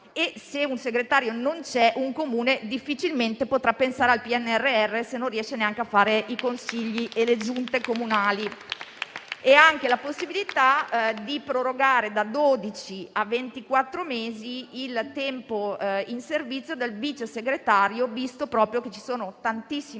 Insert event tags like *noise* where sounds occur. e se un segretario non c'è, un Comune difficilmente potrà pensare al PNRR, se non riesce neanche a fare i Consigli e le Giunte comunali. *applause* Vi è anche la possibilità di prorogare, da dodici a ventiquattro mesi, il tempo in servizio del vice segretario, visto che ci sono tantissimi